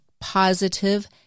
positive